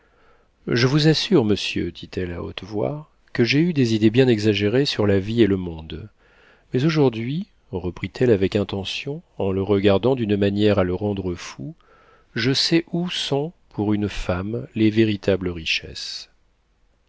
je vous assure monsieur dit-elle à haute voix que j'ai eu des idées bien exagérées sur la vie et le monde mais aujourd'hui reprit-elle avec intention en le regardant d'une manière à le rendre fou je sais où sont pour une femme les véritables richesses